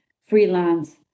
freelance